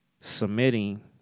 submitting